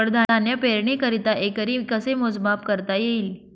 कडधान्य पेरणीकरिता एकरी कसे मोजमाप करता येईल?